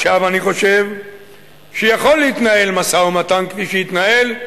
וחשבתי שיכול להתנהל משא-ומתן כפי שהתנהל,